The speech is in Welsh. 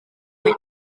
mwyn